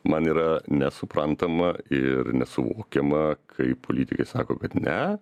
man yra nesuprantama ir nesuvokiama kai politikai sako kad ne